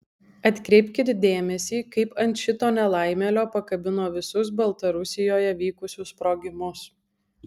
atkreipkit dėmesį kaip ant šito nelaimėlio pakabino visus baltarusijoje vykusius sprogimus